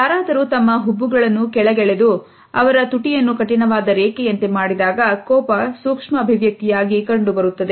ಯಾರಾದರೂ ತಮ್ಮ ಹುಬ್ಬುಗಳನ್ನು ಕೆಳಗೆಳೆದು ಅವರ ತುಟಿಯನ್ನು ಕಠಿಣವಾಗಿ ರೇಖೆಯಂತೆ ಮಾಡಿದಾಗ ಕೋಪ ಸೂಕ್ಷ್ಮ ಅಭಿವ್ಯಕ್ತಿಯಾಗಿ ಕಂಡುಬರುತ್ತದೆ